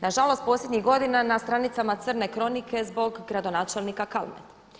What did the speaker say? Na žalost, posljednjih godina na stranicama Crne kronike zbog gradonačelnika Kalmete.